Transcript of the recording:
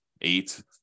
eight